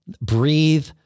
breathe